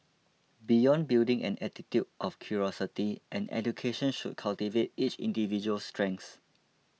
beyond building an attitude of curiosity an education should cultivate each individual's strengths